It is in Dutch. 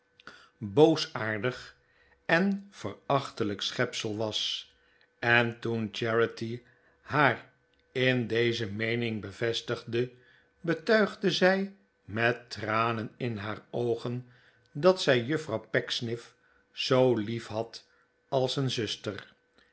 boosaardig en verachtelijk schepsel was en toen charity haar in deze meening bevestigde betuigde zij met tranen in haar oogen dat zij juffrouw pecksniff zoo lief had als een zuster